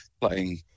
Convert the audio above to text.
playing